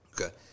okay